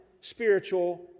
spiritual